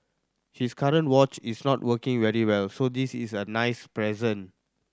his current watch is not working very well so this is a nice present